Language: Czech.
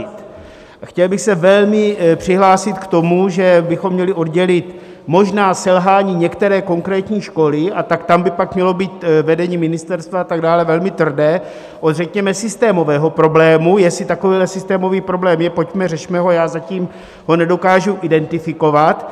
A chtěl bych se velmi přihlásit k tomu, že bychom měli oddělit možná selhání některé konkrétní školy, a tak tam by pak mělo být vedení ministerstva a tak dále velmi tvrdé, od řekněme systémového problému, jestli takovýhle systémový problém je, pojďme, řešme ho, já zatím ho nedokážu identifikovat.